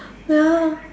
ya